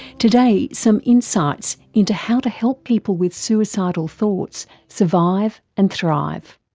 today, some insights into how to help people with suicidal thoughts survive and thrive.